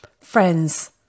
Friends